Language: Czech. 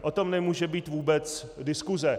O tom nemůže být vůbec diskuse.